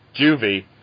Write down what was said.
juvie